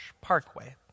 Parkway